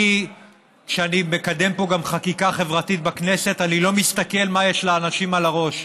כשאני מקדם פה חקיקה חברתית בכנסת אני לא מסתכל מה יש לאנשים על הראש,